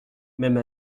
même